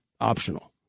optional